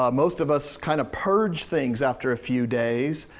um most of us kind of purge things after a few days.